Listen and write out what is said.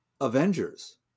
Avengers